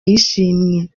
y’ishimwe